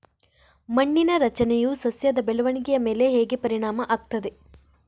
ಮಣ್ಣಿನ ರಚನೆಯು ಸಸ್ಯದ ಬೆಳವಣಿಗೆಯ ಮೇಲೆ ಹೇಗೆ ಪರಿಣಾಮ ಆಗ್ತದೆ?